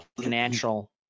financial